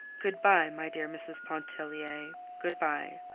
good-by, my dear mrs. pontellier good-by.